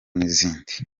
n’izindi